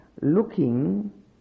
looking